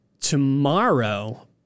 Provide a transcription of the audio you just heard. tomorrow